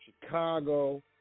Chicago